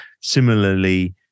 Similarly